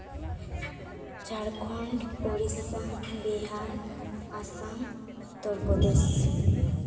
Jharkhand Odisha Bihar Assam Uttar Pradesh